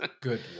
Good